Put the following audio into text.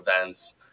events